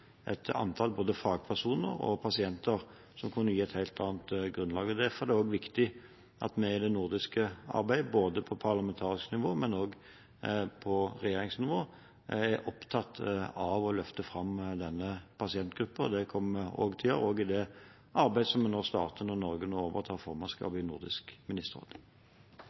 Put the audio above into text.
et antall både fagpersoner og pasienter som vil kunne gi et helt annet grunnlag. Derfor er det også viktig at vi i det nordiske arbeidet, både på parlamentarisk nivå og på regjeringsnivå, er opptatt av å løfte fram denne pasientgruppen. Det kommer vi til å gjøre, også i det arbeidet som vi starter når Norge nå overtar formannskapet i Nordisk ministerråd. La meg